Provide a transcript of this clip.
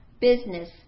business